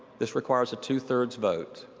this requires a two-thirds vote.